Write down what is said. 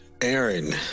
aaron